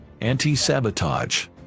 anti-sabotage